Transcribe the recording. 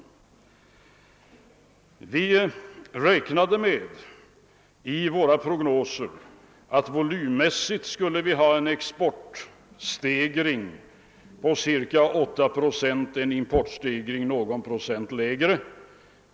I våra prognoser räknade vi med att det volymmässigt skulle bli en exportstegring på ca 8 procent och en någon procent lägre importstegring.